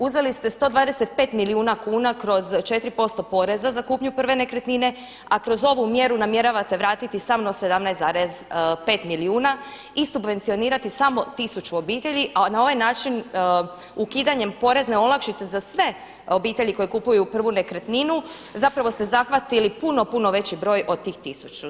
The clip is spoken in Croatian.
Uzeli ste 125 milijuna kuna kroz 4% poreza za kupnju prve nekretnine, a kroz ovu mjeru namjeravate vratiti samo 17,5 milijuna i subvencionirati samo 1000 obitelji, a na ovaj način ukidanjem porezne olakšice za sve obitelji koje kupuju prvu nekretninu zapravo ste zahvatili puno, puno veći broj od tih 1000.